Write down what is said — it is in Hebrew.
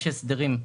הסדרים,